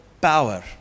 power